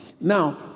Now